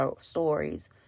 stories